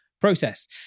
process